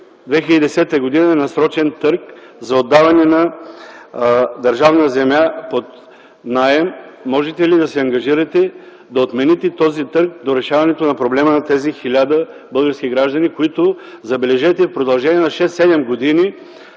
2010 г. е насрочен търг за отдаване на държавна земя под наем. Можете ли да се ангажирате да отмените този търг до решаването на проблема на тези 1000 български граждани, които, забележете, в продължение на 6-7 години